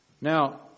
Now